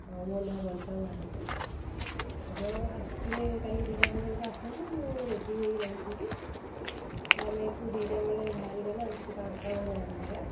ମୋ ନାଁ ବନିତା ମହାନ୍ତି ଆପଣ ଆସିବେ କାଲି ଦୁଇଟା ଖଣ୍ଡେ ବେଳକୁ ଆସନ୍ତୁ ମୁଁ ରେଡ଼ି ହୋଇ ରହିଥିବି ତ ଆମେ ଏଇଠୁ ଦୁଇଟା ବେଳେ ବାହାରି ଗଲେ ଆମେ ସେଇଠି ପାଞ୍ଚଟା ବେଳେ ପହଞ୍ଚିଯିବା